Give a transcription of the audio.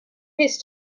his